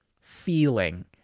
feeling